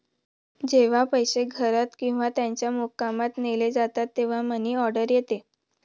जेव्हा पैसे घरात किंवा त्याच्या मुक्कामात नेले जातात तेव्हा मनी ऑर्डर येते